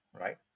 right